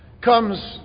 comes